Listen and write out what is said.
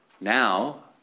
Now